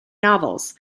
novels